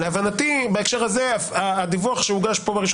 להבנתי בהקשר הזה הדיווח שהוגש פה ב-1